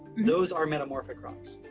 those are metamorphic rocks.